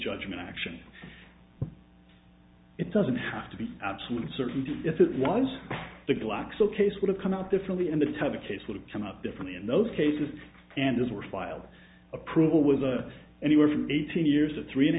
judgment action it doesn't have to be absolute certainty if it was the glaxo case would have come out differently and the type of case would have come up differently in those cases and those were filed approval with a anywhere from eighteen years of three and a